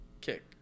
kick